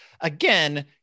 Again